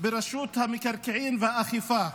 ברשות המקרקעין והאכיפה.